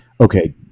okay